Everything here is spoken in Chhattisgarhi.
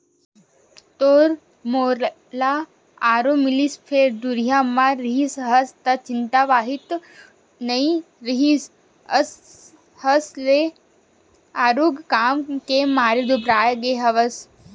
तोर मोला आरो मिलिस फेर दुरिहा म रेहे हस त चिन्हावत नइ रेहे हस रे आरुग काम के मारे दुबरागे हवस